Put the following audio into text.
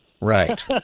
Right